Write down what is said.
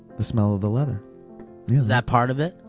the smell of the leather. yeah is that part of it?